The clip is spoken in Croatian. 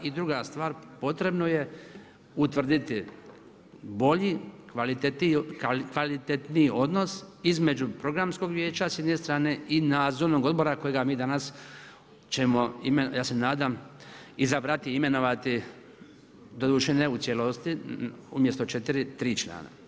I druga stvar, potrebno je utvrditi bolji, kvalitetniji odnos između Programskog vijeća s jedne strane i Nadzornog odbora kojega mi danas ćemo ja se nadam izabrati, imenovati doduše ne u cijelosti umjesto četiri, tri člana.